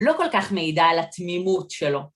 לא כל כך מעידה על התמימות שלו.